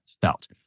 felt